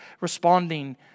responding